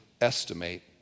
estimate